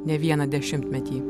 ne vieną dešimtmetį